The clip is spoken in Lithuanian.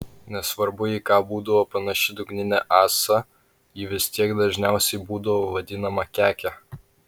nesvarbu į ką būdavo panaši dugninė ąsa ji vis tiek dažniausiai būdavo vadinama keke